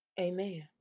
Amen